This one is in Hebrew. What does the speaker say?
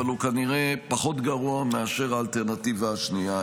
אבל הוא כנראה פחות גרוע מאשר האלטרנטיבה השנייה.